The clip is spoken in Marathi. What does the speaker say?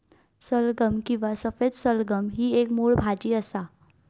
सलगम किंवा सफेद सलगम ही एक मुळ भाजी असा